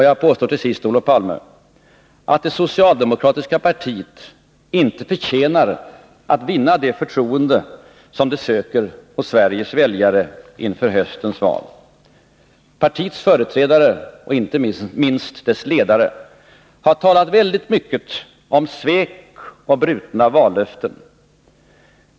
Jag påstår till sist, Olof Palme, att det socialdemokratiska partiet inte förtjänar att vinna det förtroende som det söker hos Sveriges väljare inför höstens val. Partiets företrädare och inte minst dess ledare har talat väldigt mycket om svek och brutna vallöften.